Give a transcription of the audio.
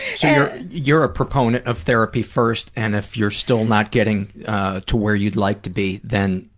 so you're a proponent of therapy first and if you're still not getting to where you'd like to be, then,